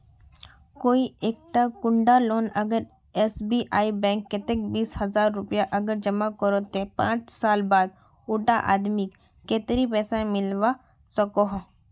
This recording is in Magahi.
कोई एक कुंडा लोग अगर एस.बी.आई बैंक कतेक बीस हजार रुपया अगर जमा करो ते पाँच साल बाद उडा आदमीक कतेरी पैसा मिलवा सकोहो?